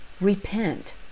repent